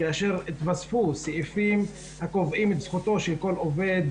כאשר התווספו סעיפים הקובעים את זכותו של כל עובד